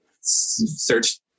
search